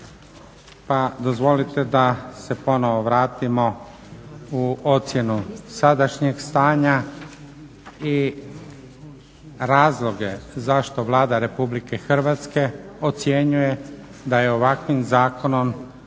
Pa dozvolite da se ponovno vratimo u ocjenu sadašnjeg stanja i razloge zašto Vlada Republike Hrvatske ocjenjuje da je ovakvim zakonom